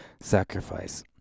sacrifice